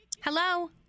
Hello